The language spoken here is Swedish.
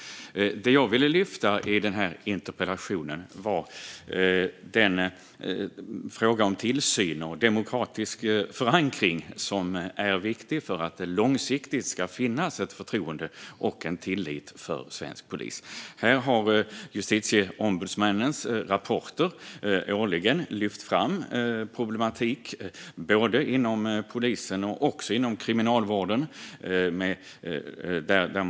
I min interpellation ville jag lyfta upp frågan om tillsyn och demokratisk förankring, som är viktigt för att det på lång sikt ska finnas förtroende för och tillit till svensk polis. Justitieombudsmännens årliga rapporter har lyft fram problematik inom både polisen och kriminalvården.